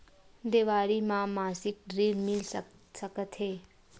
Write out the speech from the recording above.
देवारी म मासिक ऋण मिल सकत हे?